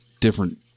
different